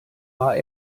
war